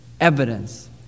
evidence